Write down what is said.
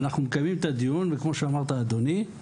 כמו שאמרת, אדוני: